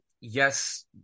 Yes